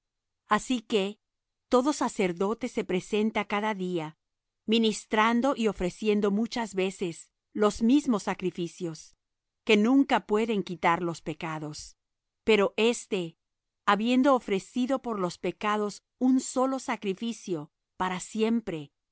así que todo sacerdote se presenta cada día ministrando y ofreciendo muchas veces los mismos sacrificios que nunca pueden quitar los pecados pero éste habiendo ofrecido por los pecados un solo sacrificio para siempre